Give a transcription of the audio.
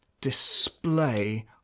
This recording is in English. display